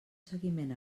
seguiment